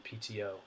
PTO